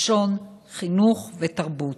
לשון, חינוך ותרבות".